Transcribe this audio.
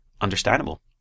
understandable